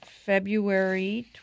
February